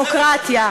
ודמוקרטיה.